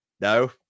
No